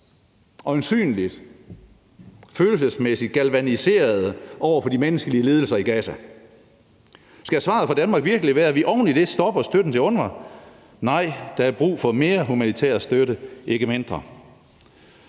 øjensynlig følelsesmæssigt galvaniserede over for de menneskelige lidelser i Gaza. Skal svaret fra Danmark virkelig være, at vi oven i det stopper støtten til UNRWA? Nej, der er brug for mere humanitær støtte, ikke mindre.